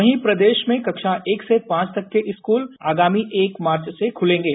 वहीं प्रदेश में कक्षा एक से पांच तक के स्कूल आगामी एक मार्च से खुलेंगे